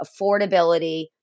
affordability